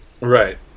Right